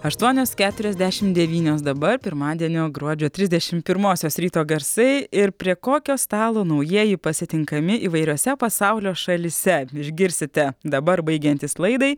aštuonios keturiasdešim devynios dabar pirmadienio gruodžio trisdešim pirmosios ryto garsai ir prie kokio stalo naujieji pasitinkami įvairiose pasaulio šalyse išgirsite dabar baigiantis laidai